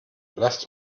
lasst